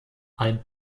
ein